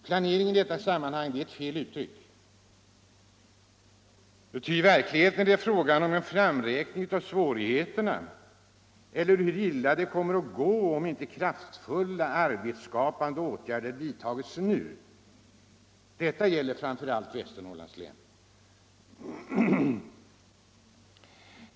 Planering i detta sammanhang är ett felaktigt uttryck, ty i verkligheten är det fråga om en framräkning av svårigheterna — eller hur illa det kommer att gå om inte kraftfulla arbetsskapande åtgärder vidtas nu. Detta gäller framför allt Västernorrlands län.